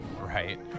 Right